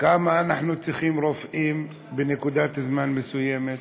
כמה רופאים אנחנו צריכים בנקודת זמן מסוימת,